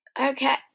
okay